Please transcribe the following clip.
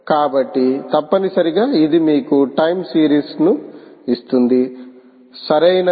కాబట్టి తప్పనిసరిగా ఇది మీకు టైం సిరీస్ ని ఇస్తుంది సరియైనది